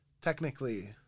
Technically